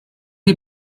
die